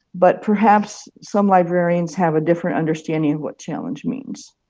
but perhaps some librarians have a different understanding of what challenge means.